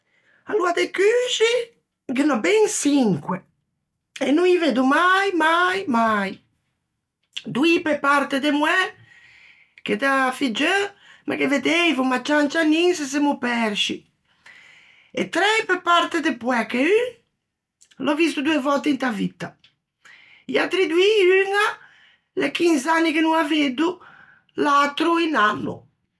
Aloa de coxi ghe n'ò ben çinque, e no î veddo mai mai mai. Doî pe parte de moæ, che da figgeu me ghe veddeivo, ma cian cianin se semmo persci, e trei pe parte de poæ, che un, l'ò visto doe vòtte inta vitta, e i atri doî uña l'é chinz'anni che no â veddo, l'atro un anno.